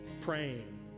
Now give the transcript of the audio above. praying